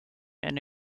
and